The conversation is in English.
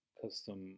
Custom